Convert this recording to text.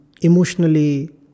emotionally